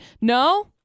No